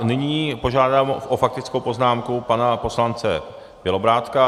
Nyní požádám o faktickou poznámku pana poslance Bělobrádka.